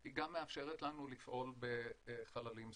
היא גם מאפשרת לנו לפעול בחללים סגורים.